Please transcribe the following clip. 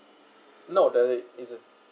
no does it isn't